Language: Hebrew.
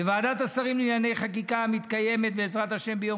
בוועדת השרים לענייני חקיקה בעזרת השם ביום